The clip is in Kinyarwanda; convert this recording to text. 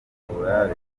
afungura